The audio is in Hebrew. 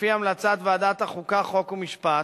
לפי המלצת ועדת החוקה, חוק ומשפט,